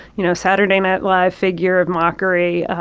you know, saturday night live figure of mockery.